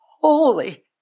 holy